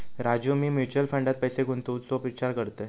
राजू, मी म्युचल फंडात पैसे गुंतवूचो विचार करतय